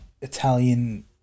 Italian